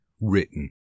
written